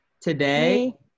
Today